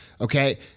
Okay